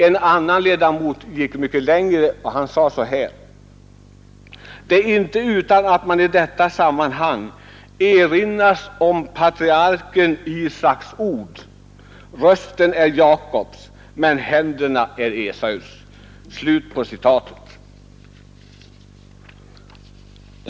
En annan ledamot gick mycket längre och sade att det är inte utan att man i detta sammanhang erinras om patriarken Isaks ord: Rösten är Jakobs men händerna är Esaus.